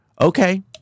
Okay